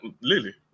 Lily